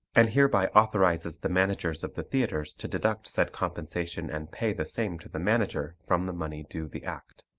and hereby authorizes the managers of the theatres to deduct said compensation and pay the same to the manager from the money due the act.